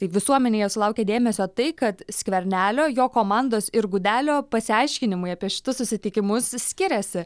tai visuomenėje sulaukė dėmesio tai kad skvernelio jo komandos ir gudelio pasiaiškinimai apie šitus susitikimus skiriasi